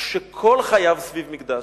כשכל חייו סביב המקדש,